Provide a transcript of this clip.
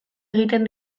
egiten